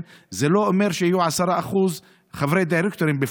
זה לא אומר שיהיו 10% חברי דירקטורים בפועל.